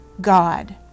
God